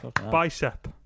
Bicep